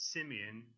Simeon